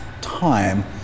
time